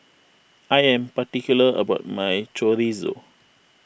I am particular about my Chorizo